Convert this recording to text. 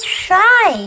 shy